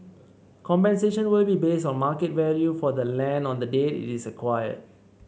compensation will be based on market value for the land on the date it is acquired